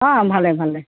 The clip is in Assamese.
অঁ ভালে ভালে